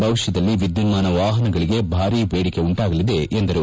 ಭವಿಷ್ಯದಲ್ಲಿ ವಿದ್ಯುನ್ನಾನ ವಾಹನಗಳಿಗೆ ಭಾರಿ ಬೇಡಿಕೆ ಉಂಟಾಗಲಿದೆ ಎಂದರು